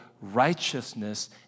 righteousness